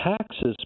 taxes